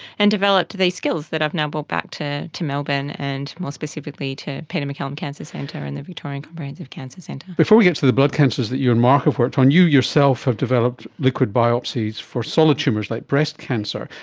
and developed these skills that i've now brought back to to melbourne and more specifically to peter maccallum cancer centre and the victorian comprehensive cancer centre. before we get to the blood cancers that you and mark have worked on, you yourself have developed liquid biopsies for solid tumours like breast cancer.